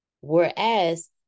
Whereas